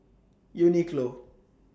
Uniqlo